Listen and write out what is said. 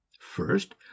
first